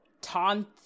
taunt